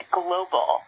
global